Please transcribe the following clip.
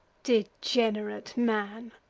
degenerate man,